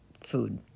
Food